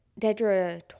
dedra